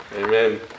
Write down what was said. Amen